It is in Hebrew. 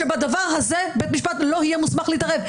שבדבר הזה בית משפט לא יהיה מוסמך להתערב,